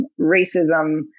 racism